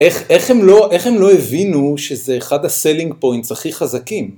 איך הם לא הבינו שזה אחד הסלינג פוינטס הכי חזקים?